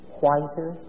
whiter